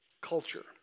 culture